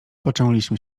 poczęliśmy